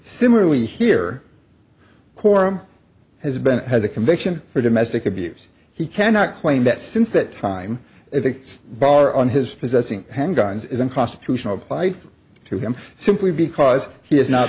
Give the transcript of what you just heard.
similarly here poor him has been has a conviction for domestic abuse he cannot claim that since that time the bar on his possessing handguns is unconstitutional applied to him simply because he has not